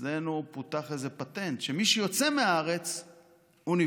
אצלנו פותח איזה פטנט שמי שיוצא מהארץ נבדק,